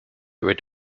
rid